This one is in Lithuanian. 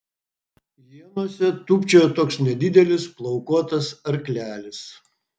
ienose tūpčiojo toks nedidelis plaukuotas arklelis